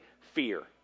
fear